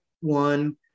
one